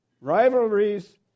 rivalries